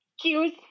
cues